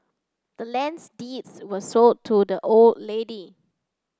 the land's deeds was sold to the old lady